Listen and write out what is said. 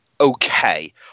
okay